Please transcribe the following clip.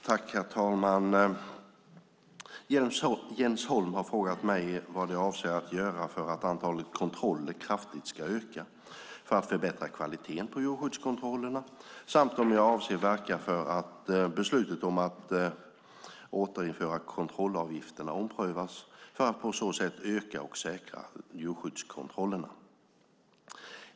Herr talman! Jens Holm har frågat mig vad jag avser att göra för att antalet kontroller kraftigt ska öka, för att förbättra kvaliteten på djurskyddskontrollerna samt om jag avser att verka för att beslutet om att återinföra kontrollavgifterna omprövas för att på så sätt öka och säkra djurskyddskontrollerna.